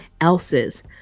else's